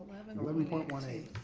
eleven point one eight.